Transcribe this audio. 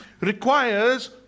requires